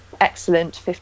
excellent